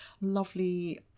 lovely